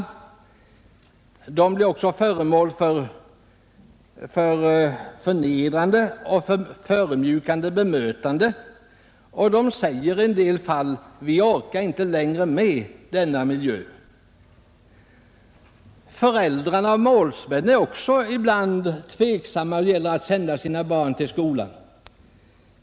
Lärarna blir också utsatta för förnedrande och förödmjukande bemötande, och de säger i en del fall: Vi orkar inte längre med denna miljö. Föräldrar och målsmän är också ibland tveksamma när det gäller att sända sina barn till skolan.